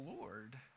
Lord